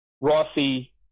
Rossi